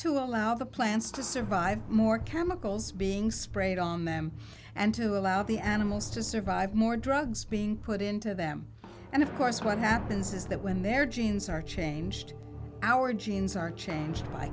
to allow the plants to survive more chemicals being sprayed on them and to allow the animals to survive more drugs being put into them and of course what happens is that when their genes are changed our genes are changed by